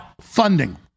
funding